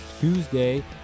Tuesday